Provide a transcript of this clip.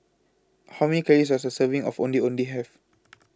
How Many Calories Does A Serving of Ondeh Ondeh Have